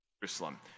Jerusalem